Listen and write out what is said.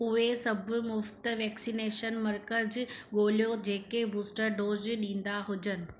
उहे सभु मुफ़्त वैक्सनेशन मर्कज़ ॻोल्हियो जेके बूस्टर डोज़ ॾींदा हुजनि